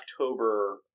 October